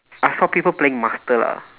I saw people playing master lah